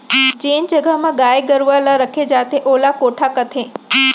जेन जघा म गाय गरूवा ल रखे जाथे ओला कोठा कथें